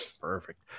Perfect